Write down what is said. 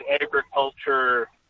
agriculture